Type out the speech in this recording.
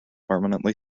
permanently